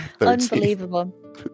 Unbelievable